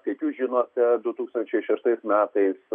kaip jūs žinote du tūkstančiai šeštais metais